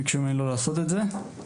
ביקשו ממני לא לעשות את זה ובצדק.